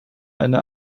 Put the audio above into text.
eine